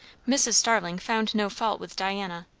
mrs. starling found no fault with diana,